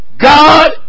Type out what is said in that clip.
God